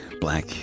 black